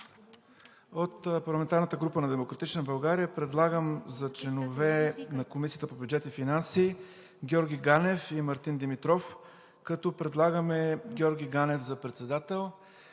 От парламентарната група на „Демократична България“ предлагам за членове на Комисията по бюджет и финанси: Георги Ганев и Мартин Димитров, като предлагаме Георги Ганев за председател.